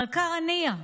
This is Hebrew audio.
המלכה ראניה.